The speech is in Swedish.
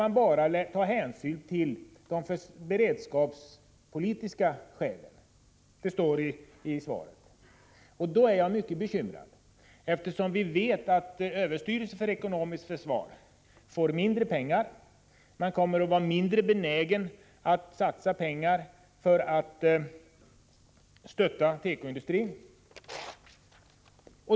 Man skall bara ta hänsyn till de beredskapspolitiska skälen, står det i svaret. Då är jag mycket bekymrad. Vi vet att överstyrelsen för ekonomiskt försvar får mindre pengar. Man kommer att vara mindre benägen att satsa pengar för att stötta tekoindustrin.